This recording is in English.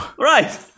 Right